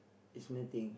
is nothing